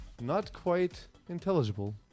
not-quite-intelligible